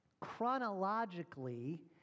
chronologically